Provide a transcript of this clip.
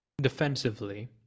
Defensively